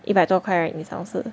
一百多块 right 你诚实